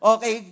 Okay